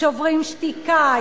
"שוברים שתיקה",